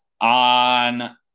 on